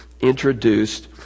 introduced